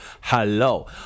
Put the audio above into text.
Hello